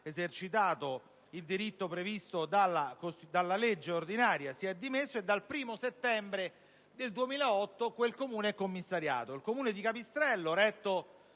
esercitato un diritto previsto dalla legge ordinaria e si è dimesso. Dal 1° settembre del 2008 quel Comune è pertanto commissariato. Il Comune di Capistrello, retto